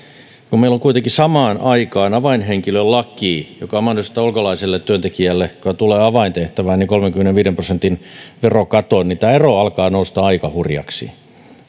kun meillä on kuitenkin samaan aikaan avainhenkilölaki joka mahdollistaa ulkolaiselle työntekijälle joka tulee avaintehtävään kolmenkymmenenviiden prosentin verokaton niin tämä ero alkaa nousta aika hurjaksi